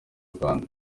rwanda